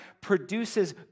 produces